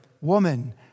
Woman